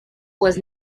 was